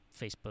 Facebook